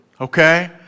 okay